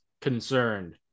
Concerned